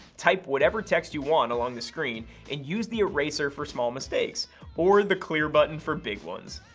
type whatever text you want along the screen, and use the eraser for small mistakes or the clear button for big ones.